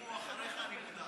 אם הוא אחריך, אני מודאג.